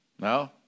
No